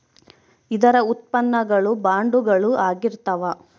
ಇದರ ಉತ್ಪನ್ನ ಗಳು ಬಾಂಡುಗಳು ಆಗಿರ್ತಾವ